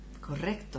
Correcto